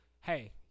hey